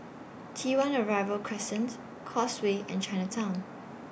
T one Arrival Crescent Causeway and Chinatown